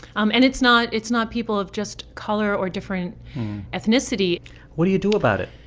um and it's not it's not people of just color or different ethnicity what do you do about it?